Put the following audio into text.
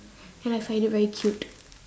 and I find it very cute